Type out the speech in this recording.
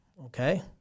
Okay